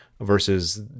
versus